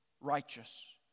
righteous